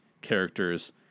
characters